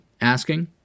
asking